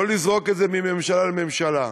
לא לזרוק את זה מממשלה לממשלה.